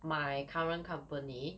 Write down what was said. my current company